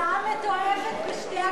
ההצעה מתועבת בשתי הגרסאות,